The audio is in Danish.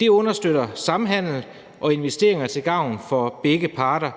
Det understøtter samhandel og investeringer til gavn for begge parter.